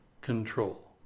control